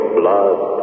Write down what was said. blood